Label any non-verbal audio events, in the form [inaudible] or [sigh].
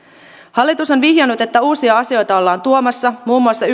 hallitus on vihjannut että uusia asioita ollaan tuomassa muun muassa [unintelligible]